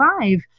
five